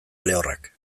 lehorrak